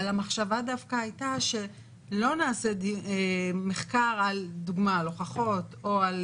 אבל המחשבה דווקא הייתה שלא נעשה מחקר לדוגמה על הוכחות או על